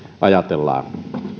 ajatellaan